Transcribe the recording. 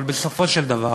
אבל בסופו של דבר